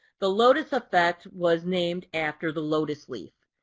the lotus effect was named after the lotus leaf.